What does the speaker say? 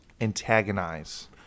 antagonize